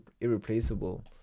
irreplaceable